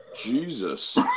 Jesus